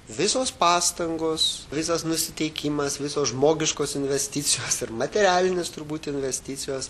visos pastangos visas nusiteikimas visos žmogiškos investicijos ir materialinės turbūt investicijos